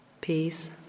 peace